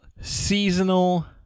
Seasonal